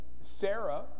Sarah